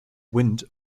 wind